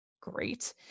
great